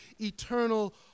eternal